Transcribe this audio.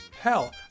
Hell